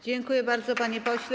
Dziękuję bardzo, panie pośle.